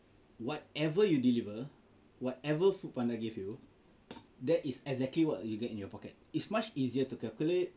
whatever you deliver whatever food panda give you that is exactly what you get in your pocket is much easier to calculate